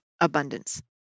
abundance